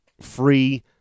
free